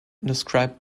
described